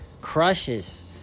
crushes